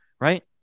right